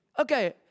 okay